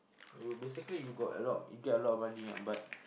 you basically you got a lot you get a lot of money ah but